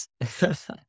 Yes